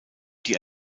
die